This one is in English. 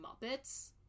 Muppets